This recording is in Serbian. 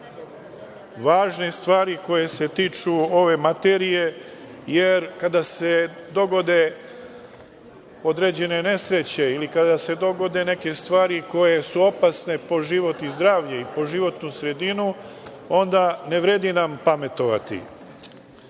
važne stvari koje se tiču ove materije. Jer, kada se dogode određene nesreće ili kada se dogode neke stvari koje su opasne po život i zdravlje i životnu sredinu, onda nam ne vredi pametovati. Naravno,